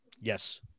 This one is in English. Yes